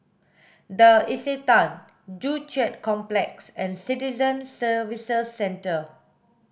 the Istana Joo Chiat Complex and Citizen Services Centre